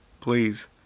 please